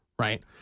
right